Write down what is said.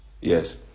Yes